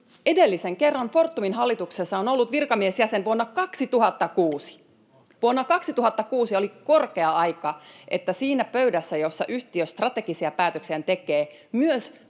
Edellisen kerran Fortumin hallituksessa on ollut virkamiesjäsen vuonna 2006 — vuonna 2006. Oli korkea aika, että siinä pöydässä, jossa yhtiö strategisia päätöksiään tekee, myös